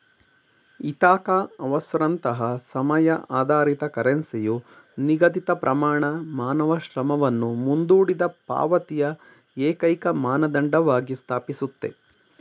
Ithaca ಅವರ್ಸ್ನಂತಹ ಸಮಯ ಆಧಾರಿತ ಕರೆನ್ಸಿಯು ನಿಗದಿತಪ್ರಮಾಣ ಮಾನವ ಶ್ರಮವನ್ನು ಮುಂದೂಡಿದಪಾವತಿಯ ಏಕೈಕಮಾನದಂಡವಾಗಿ ಸ್ಥಾಪಿಸುತ್ತೆ